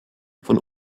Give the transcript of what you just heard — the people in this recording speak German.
von